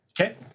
Okay